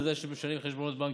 אתה יודע שמשנים חשבונות בנקים,